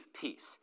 peace